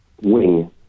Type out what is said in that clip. Wing